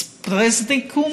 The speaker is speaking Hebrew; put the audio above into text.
ספרזניקום?